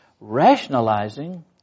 rationalizing